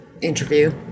interview